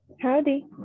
Howdy